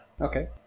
Okay